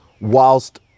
whilst